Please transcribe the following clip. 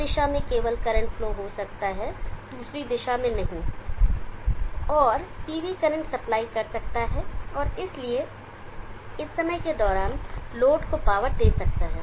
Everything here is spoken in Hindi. इस दिशा में केवल करंट फ्लो हो सकता है दूसरी दिशा में नहीं और PV करंट सप्लाई कर सकता है और इसलिए इस समय के दौरान लोड को पावर दे सकता है